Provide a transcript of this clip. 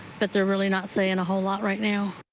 but they're really not saying a whole lot right now.